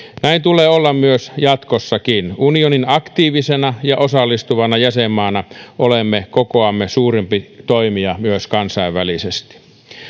näin tulee olla jatkossakin unionin aktiivisena ja osallistuvana jäsenmaana olemme kokoamme suurempi toimija myös kansainvälisesti